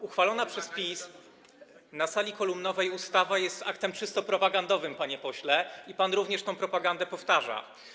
Uchwalona przez PiS na sali kolumnowej ustawa jest aktem czysto propagandowym, panie pośle, i pan również tę propagandę powtarza.